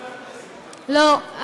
לא.